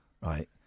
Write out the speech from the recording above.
right